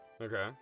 okay